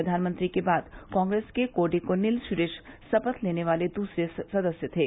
प्रधानमंत्री के बाद कांग्रेस के कोडिकुन्नील सुरेश शपथ लेने वाले दूसरे सदस्य थे